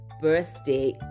birthday